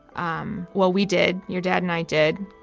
um well, we did, your dad and i did,